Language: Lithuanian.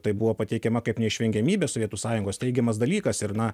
tai buvo pateikiama kaip neišvengiamybė sovietų sąjungos teigiamas dalykas ir na